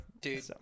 dude